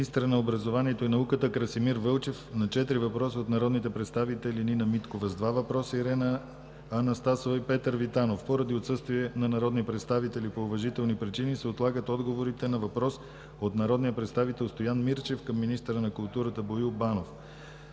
министърът на образованието и науката Красимир Вълчев – на четири въпроса от народните представители Нина Миткова – два въпроса, Ирена Анастасова и Петър Витанов. Поради отсъствие на народни представители по уважителни причини, се отлагат отговорите на: - въпрос от народния представител Стоян Мирчев към министъра на културата Боил Банов;